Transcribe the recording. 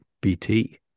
BT